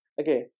Okay